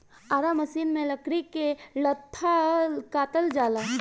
आरा मसिन में लकड़ी के लट्ठा काटल जाला